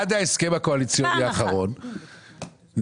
עד ההסכם הקואליציוני האחרון,